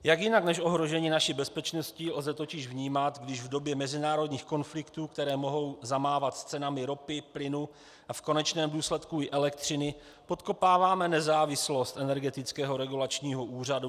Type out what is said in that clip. Jak jinak než ohrožení naší bezpečnosti lze totiž vnímat, když v době mezinárodních konfliktů, které mohou zamávat s cenami ropy, plynu a v konečném důsledku i elektřiny, podkopáváme nezávislost Energetického regulačního úřadu?